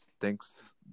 thanks